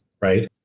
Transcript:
right